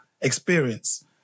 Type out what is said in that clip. experience